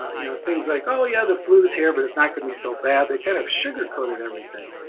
you know things like oh yeah the flu is here but it's not gonna be so bad, they kind of sugar coated everything.